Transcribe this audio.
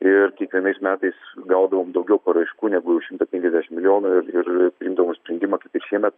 ir kiekvienais metais gaudavom daugiau paraiškų negu šimtą penkiasdešim milijonų ir ir priimdavom sprendimą kaip ir šiemet